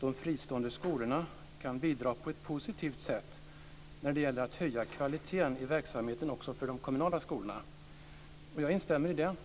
de fristående skolorna kan bidra på ett positivt sätt när det gäller att höja kvaliteten i verksamheten också för de kommunala skolorna. Jag instämmer i det.